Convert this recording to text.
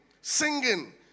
singing